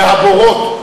והבורות.